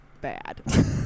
bad